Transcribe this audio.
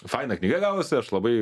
faina knyga gavosi aš labai